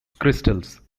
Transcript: crystals